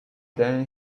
then